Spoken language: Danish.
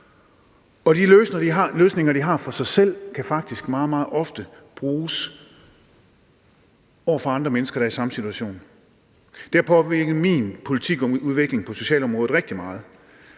og de løsninger, de selv har for deres liv, kan faktisk meget, meget ofte bruges over for andre mennesker, der er i samme situation. Det har påvirket min politikudvikling på socialområdet rigtig meget,